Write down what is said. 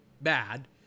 bad